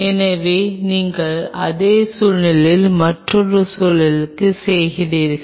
எனவே நீங்கள் அதே சூழ்நிலையை மற்றொரு சூழ்நிலையிலும் செய்கிறீர்கள்